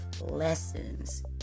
lessons